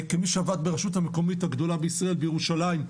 כמי שעבד ברשות המקומית הגדולה בישראל בירושלים,